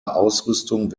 ausrüstung